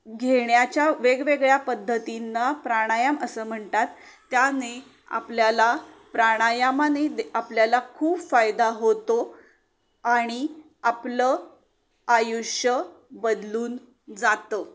घेण्याच्या वेगवेगळ्या पद्धतींना प्राणायाम असं म्हणतात त्याने आपल्याला प्राणायामाने दे आपल्याला खूप फायदा होतो आणि आपलं आयुष्य बदलून जातं